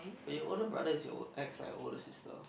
but your older brother is your acts like a older sister